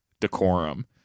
decorum